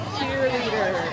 Cheerleader